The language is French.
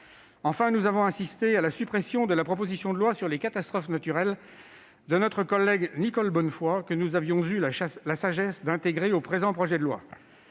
Enfin, nous avons assisté à la suppression de la proposition de loi visant à réformer le régime des catastrophes naturelles de notre collègue Nicole Bonnefoy, que nous avions eu la sagesse d'intégrer au présent projet de loi.